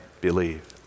believe